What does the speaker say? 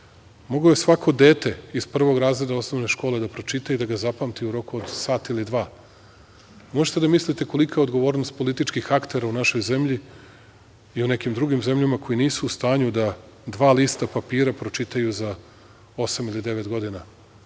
moglo je svako dete iz prvog razreda osnovne škole da pročita i da ga zapamti u roku od sat ili dva. Možete da mislite kolika je odgovornost političkih aktera u našoj zemlji i u nekim drugim zemljama koje nisu u stanju da dva lista papira pročitaju za osam ili devet